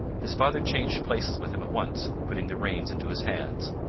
his father changed places with him at once, putting the reins into his hands.